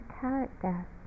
character